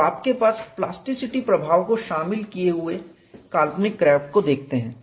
तो आप प्लास्टिसिटी प्रभाव को शामिल किए हुए काल्पनिक क्रैक को देखते हैं